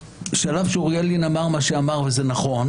שעל אף שאוריאל לין אמר מה שאמר וזה נכון